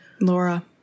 Laura